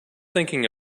thinking